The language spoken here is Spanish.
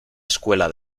escuela